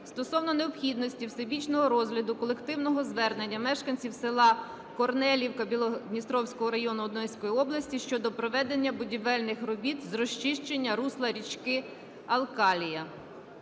стосовно необхідності всебічного розгляду колективного звернення мешканців села Карналіївка Білгород-Дністровського району Одеської області щодо проведення будівельних робіт з розчищення русла річки Алкалія.